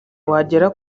wagera